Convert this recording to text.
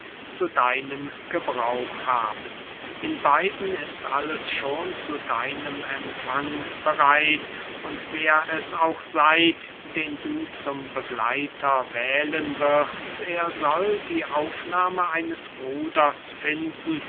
zu deinem gebrauch haben in beiden ist alles schon zu deinem empfang bereit und wer es auch sey den du zum begleiter wählen wirst er soll die aufnahme eines bruders finden